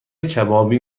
کبابی